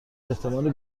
احتمال